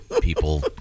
people